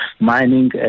mining